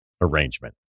arrangement